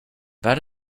that